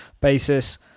basis